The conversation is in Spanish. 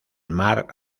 mar